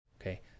Okay